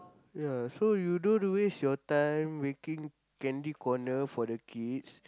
ya so you don't waste your time making candy corner for the kids